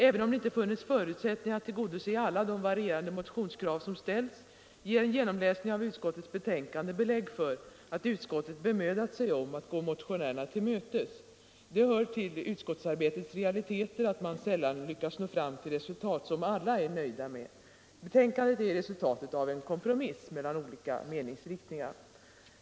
Även om det inte har funnits förutsättningar att tillgodose alla de motionskrav som ställts ger en genomläsning av utskottets betänkande ändå belägg för att utskottet har bemödat sig om att gå motionärerna till mötes. Det hör till utskottsarbetets realiteter att man sällan lyckas nå fram till resultat som alla är nöjda med. Betänkandet är resultatet av en kompromiss mellan olika meningsriktningar.